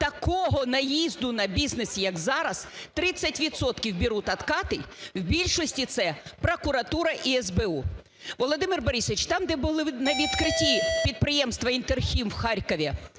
Такого наїзду на бізнес, як зараз, 30 відсотків беруть відкати, в більшості це прокуратура і СБУ. Володимир Борисович, там, де були ви на відкритті підприємства "ІнтерХім" в Харкові,